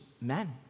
men